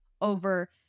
over